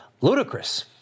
ludicrous